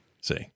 see